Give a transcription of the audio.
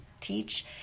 teach